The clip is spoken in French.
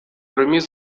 remises